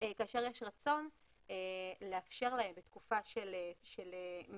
כאשר יש רצון לאפשר להם בתקופה של מגבלות,